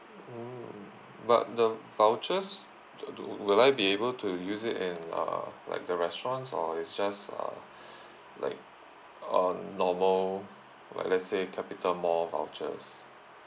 mm but the vouchers do do will I be able to use it in uh like the restaurants or it's just uh like uh normal like let's say capitamall vouchers